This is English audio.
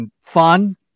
fun